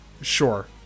sure